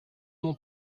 mon